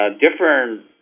different